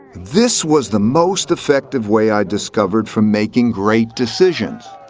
this was the most effective way i discovered for making great decisions.